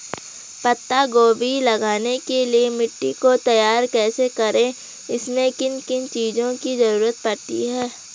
पत्ता गोभी लगाने के लिए मिट्टी को तैयार कैसे करें इसमें किन किन चीज़ों की जरूरत पड़ती है?